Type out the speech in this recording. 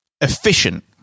Efficient